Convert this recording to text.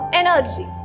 energy